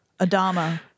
Adama